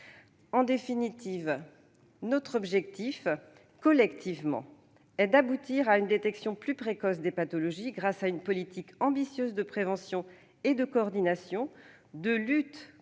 En définitive, notre objectif, collectivement, est d'aboutir à une détection plus précoce des pathologies grâce à une politique ambitieuse de prévention et de coordination, de lutte